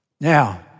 Now